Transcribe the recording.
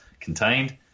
contained